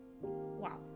Wow